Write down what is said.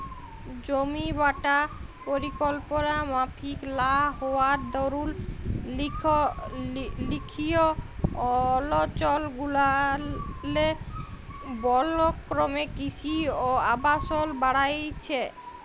জমিবাঁটা পরিকল্পলা মাফিক লা হউয়ার দরুল লিরখ্খিয় অলচলগুলারলে বল ক্যমে কিসি অ আবাসল বাইড়হেছে